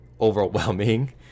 overwhelming